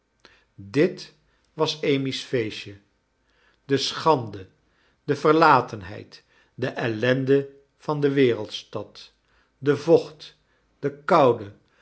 dit was amy's feestje de schande de verlatendheid de ellende van de wereldstad de vocht de koude